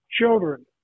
children